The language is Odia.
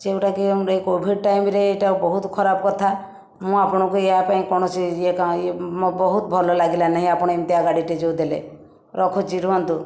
ସିଏ ଗୋଟିଏ କୋଭିଡ଼ ଟାଇମରେ ଏଇଟା ବହୁତ ଖରାପ କଥା ମୁଁ ଆପଣଙ୍କୁ ଏୟା ପାଇଁ କୌଣସି ବହୁତ ଭଲ ଲାଗିଲା ନାହିଁ ଆପଣ ଏମିତିଆ ଗାଡ଼ିଟିଏ ଯେଉଁ ଦେଲେ ରଖୁଛି ରୁହନ୍ତୁ